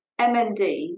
MND